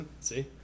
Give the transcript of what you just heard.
See